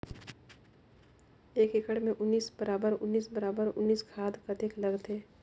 एक एकड़ मे उन्नीस बराबर उन्नीस बराबर उन्नीस खाद कतेक लगथे?